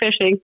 fishing